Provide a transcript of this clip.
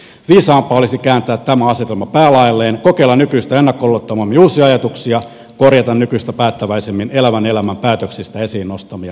viisaampaa olisi kääntää tämä asetelma päälaelleen kokeilla nykyistä ennakkoluulottomammin uusia ajatuksia korjata nykyistä päättäväisemmin elävän elämän päätöksistä esiin nostamia valuvikoja